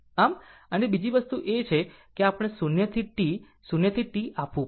આમ અને બીજી વસ્તુ એ છે કે આપણે 0 થી T 0 થી T આવવું પડશે